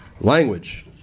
language